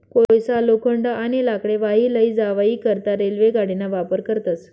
कोयसा, लोखंड, आणि लाकडे वाही लै जावाई करता रेल्वे गाडीना वापर करतस